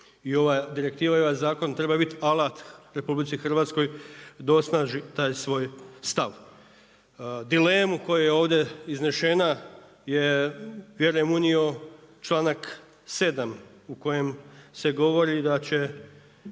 i ova direktiva i ovaj zakon treba biti alat RH da osnaži taj svoj stav. Dilemu koja je ovdje iznešena je vjerujem unio članak 7. u kojem se govori da će